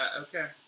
Okay